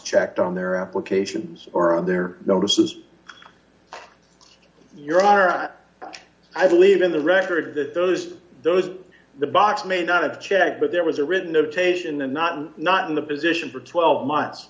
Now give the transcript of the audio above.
checked on their applications or on their notices your honor i believe in the record that those those the box may not have checked but there was a written notation and not not in the position for twelve months